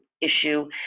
issue